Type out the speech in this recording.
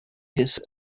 his